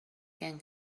can